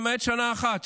למעט שנה אחת,